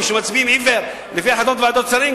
כשהם מצביעים על-עיוור לפי החלטות ועדות שרים,